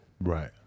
Right